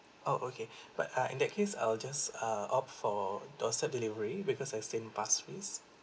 oh okay but uh in that case I'll just uh opt for doorstep delivery because I stay in pasir ris